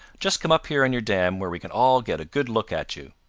just come up here on your dam where we can all get a good look at you.